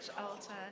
altar